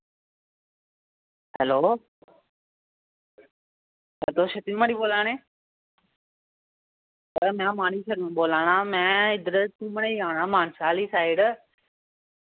hello Adarsh Sharma बोला ने में मानिक शर्मा बोला ना में इद्धर घूमने गी आना हा मानसर आह्ली साइड